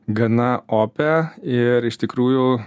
gana opią ir iš tikrųjų